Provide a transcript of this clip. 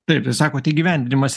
taip ir sakot įgyvendinimas